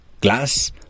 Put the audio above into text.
glass